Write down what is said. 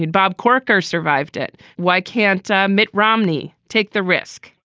and bob corker survived it. why can't ah mitt romney take the risk?